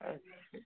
अच्छा